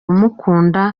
umukunda